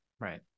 right